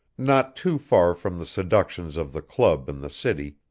not too far from the seductions of the club and the city,